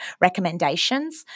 recommendations